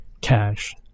cash